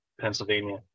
Pennsylvania